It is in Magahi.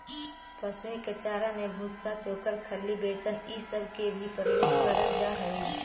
पशुओं के चारा में भूसा, चोकर, खली, बेसन ई सब के भी प्रयोग कयल जा हई